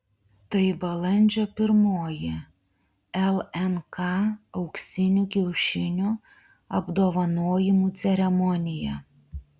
tai balandžio pirmoji lnk auksinių kiaušinių apdovanojimų ceremonija